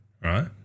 right